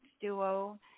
duo